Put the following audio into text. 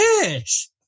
fish